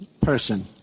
person